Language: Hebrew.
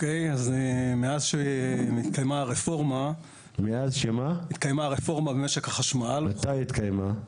מאז שנתקיימה הרפורמה במשק החשמל --- מתי היא התקיימה?